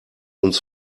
uns